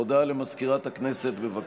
הודעה למזכירת הכנסת, בבקשה.